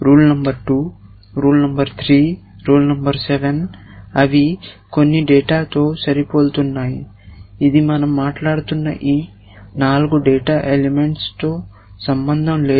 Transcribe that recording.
rule number 2 rule number 3 rule number 7 అవి కొన్ని డేటాతో సరిపోలుతున్నాయి ఇది మనం మాట్లాడుతున్న ఈ 4 డేటా ఎలిమెంట్స్ తో సంబంధం లేదు